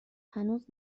هنوز